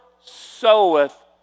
soweth